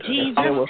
Jesus